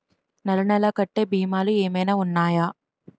నెల నెల కట్టే భీమాలు ఏమైనా ఉన్నాయా?